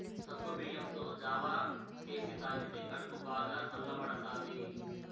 సగ్గుబియ్యంతో జావ సేసి తాగితే కడుపు బాగా సల్లబడతాది